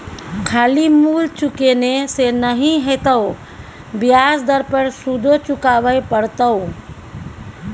खाली मूल चुकेने से नहि हेतौ ब्याज दर पर सुदो चुकाबे पड़तौ